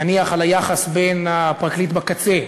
נניח על היחס בין הפרקליט בקצה,